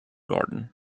garden